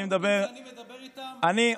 הליכודניקים שאני מדבר איתם מרוצים,